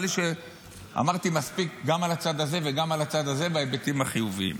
נראה לי שאמרתי מספיק גם על הצד הזה וגם על הצד הזה בהיבטים החיוביים.